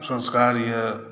संस्कार यए